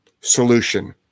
Solution